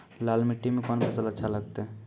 लाल मिट्टी मे कोंन फसल अच्छा लगते?